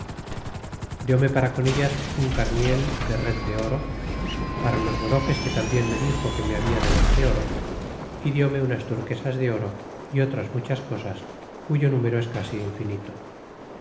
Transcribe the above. dióme para con ellas un carniel de red de oro para los bodo ques que tambien me dixo que nie habla de dar de oro e die me unas turquesas de oro y otras muchas cosas cuyo núme ro es casi infinito